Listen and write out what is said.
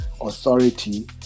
authority